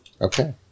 Okay